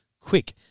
quick